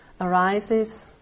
arises